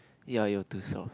ya you're too soft